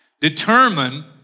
determine